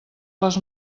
les